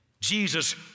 Jesus